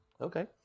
Okay